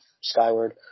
skyward